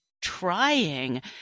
trying